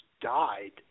died